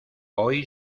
hoy